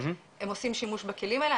הם עושים שימוש בכלים האלה,